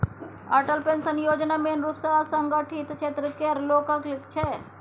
Atal pension योजना मेन रुप सँ असंगठित क्षेत्र केर लोकक लेल छै